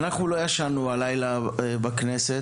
אנחנו לא ישנו הלילה בכנסת,